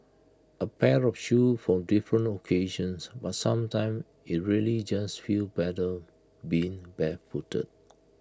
A pair of shoes for different occasions but sometimes IT really just feels better being barefooted